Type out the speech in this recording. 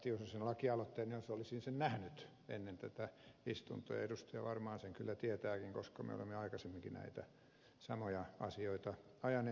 tiusasen lakialoitteen jos olisin sen nähnyt ennen tätä istuntoa ja edustaja varmaan sen kyllä tietääkin koska me olemme aikaisemminkin näitä samoja asioita ajaneet